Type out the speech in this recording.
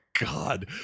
god